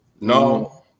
No